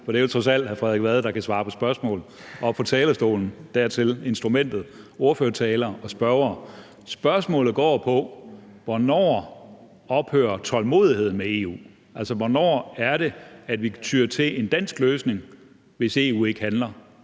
for det er jo trods alt hr. Frederik Vad, der kan svare på spørgsmål oppe på talerstolen; dertil er instrumentet ordførertaler og spørgere – er: Hvornår ophører tålmodigheden med EU, altså hvornår er det, at vi tyer til en dansk løsning, hvis EU ikke handler